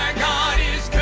god is